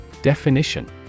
Definition